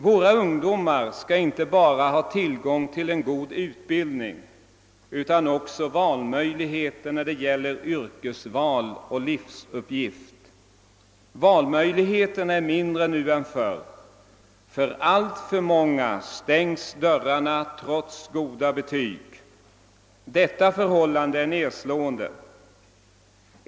Våra ungdomar skall inte bara ha tillgång till en god utbildning utan också valmöjligheter när det gäller yrkesval och livsuppgift. Valmöjligheterna är mindre nu än förr. För alltför många stängs dörrarna trots goda betyg. Detta förhållande är nedslående.